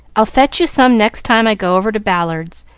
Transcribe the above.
i'll fetch you some next time i go over to ballad's.